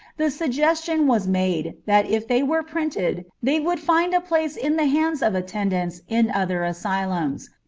the suggestion was made that if they were printed they would find a place in the hands of attendants in other asylums.